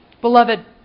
Beloved